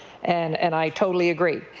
and and i totally agree.